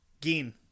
Geen